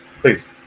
please